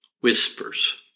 whispers